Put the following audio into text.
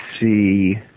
see